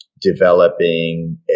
developing